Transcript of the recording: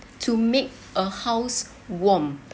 to make a house warm